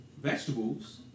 vegetables